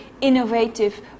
innovative